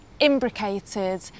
imbricated